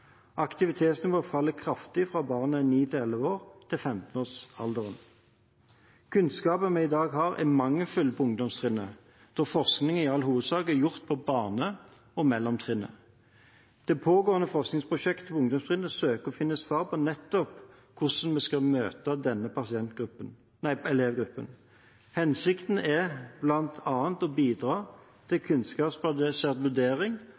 Aktivitetsnivået faller kraftig fra barna er 9–11 år til 15-årsalderen. Kunnskapen vi i dag har om ungdomstrinnet, er mangelfull, da forskning i all hovedsak er gjort på barne- og mellomtrinnet. Det pågående forskningsprosjektet på ungdomstrinnet søker å finne svar på nettopp hvordan vi skal møte denne elevgruppen. Hensikten er bl.a. å bidra til kunnskapsbasert vurdering